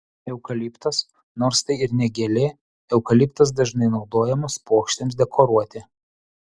eukaliptas nors tai ir ne gėlė eukaliptas dažnai naudojamas puokštėms dekoruoti